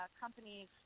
companies